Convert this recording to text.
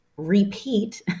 repeat